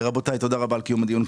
רבותיי, תודה רבה על קיום הדיון.